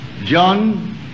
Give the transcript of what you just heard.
John